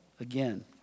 again